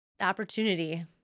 opportunity